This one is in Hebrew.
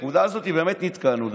ובנקודה הזאת באמת נתקענו.